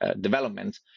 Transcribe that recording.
development